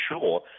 sure